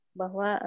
bahwa